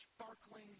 sparkling